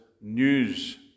news